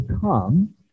come